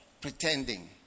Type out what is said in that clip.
pretending